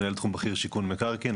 מנהל תחום בכיר שיכון מקרקעין,